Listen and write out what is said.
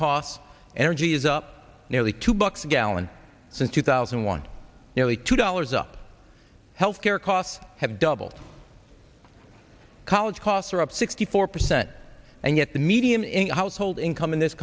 costs energy is up nearly two bucks a gallon since two thousand and one nearly two dollars up health care costs have doubled college costs are up sixty four percent and yet the medium in the household income in this